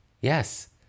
Yes